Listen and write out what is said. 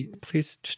please